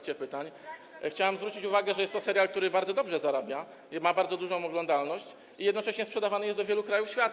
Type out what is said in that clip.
Chciałbym zwrócić uwagę, że jest to serial, który bardzo dobrze zarabia, ma bardzo dużą oglądalność i jednocześnie sprzedawany jest do wielu krajów świata.